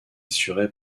assurée